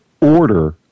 order